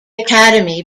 academy